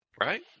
right